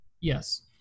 Yes